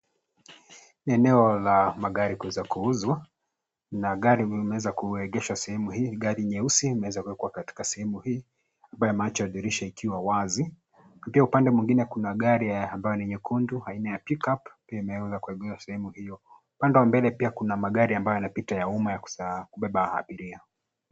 Eneo la magari kuweza kuuzwa na gari limeweza kuegeshwa sehemu hii ni gari nyeusi imeweza kuwekwa katika sehemu hii ambayo imeacha dirisha ikiwa wazi na pia upande mwingine kuna gari ambayo ni nyekundu aina ya pick-up imeweza kuegeshwa upande huo. Upande wa mbele pia kuna magari ambayo yanapita ya umma ya kubeba abiria.